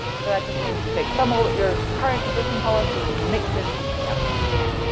so that just means, you take some ol your current existing policy and you mix in something else, okay?